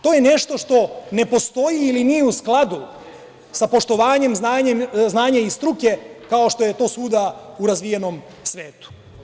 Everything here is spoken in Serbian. To je nešto što ne postoji ili nije u skladu sa poštovanjem znanja iz struke, kao što je to svuda u razvijenom svetu.